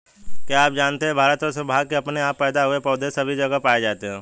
क्या आप जानते है भारतवर्ष में भांग के अपने आप पैदा हुए पौधे सभी जगह पाये जाते हैं?